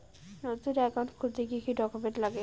নতুন একাউন্ট খুলতে কি কি ডকুমেন্ট লাগে?